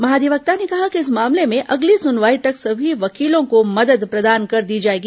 महाधिवक्ता ने कहा कि इस मामले में अगली सुनवाई तक सभी वकीलों को मदद प्रदान कर दी जाएगी